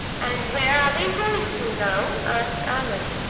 and where are we going to, now? asked allan.